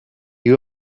you